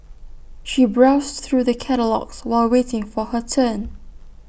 she browsed through the catalogues while waiting for her turn